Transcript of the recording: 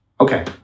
Okay